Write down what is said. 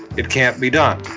it can't be done.